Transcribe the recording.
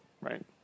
right